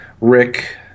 Rick